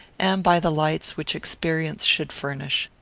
and by the lights which experience should furnish.